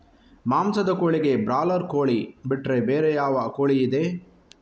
ಮಾಂಸದ ಕೋಳಿಗೆ ಬ್ರಾಲರ್ ಕೋಳಿ ಬಿಟ್ರೆ ಬೇರೆ ಯಾವ ಕೋಳಿಯಿದೆ?